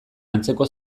antzeko